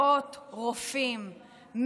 מאות רופאים,